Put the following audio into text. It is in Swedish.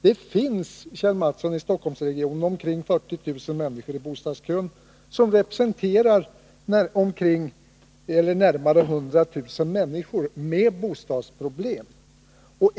Det finns, Kjell Mattsson, i Stockholmsregionen omkring 40 000 människor i bostadskön. De representerar närmare 100 000 människor med bostadsproblem.